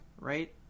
right